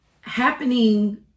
happening